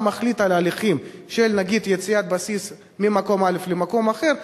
מחליט על הליכים של נגיד יציאת בסיס ממקום א' למקום אחר,